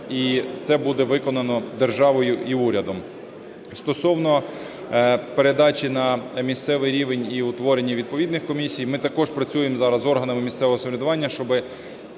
і це буде виконано державою і урядом. Стосовно передачі на місцевий рівень і утворення відповідних комісій, ми також працюємо зараз з органами місцевого самоврядування,